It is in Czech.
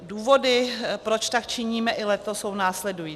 Důvody, proč tak činíme i letos, jsou následující.